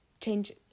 change